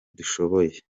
dushoboye